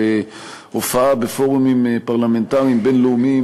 הופעה בפורומים פרלמנטריים בין-לאומיים